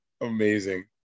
Amazing